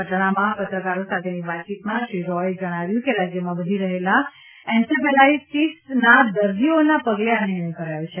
પટણામાં પત્રકારો સાથેની વાતચીતમાં શ્રી રોચે જણાવ્યું કે રાજ્યમાં વધી રફેલા એન્સેફેલાઇટીસના દર્દીઓના પગલે આ નિર્ણય કરાયો છે